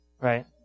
Right